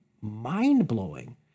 mind-blowing